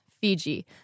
Fiji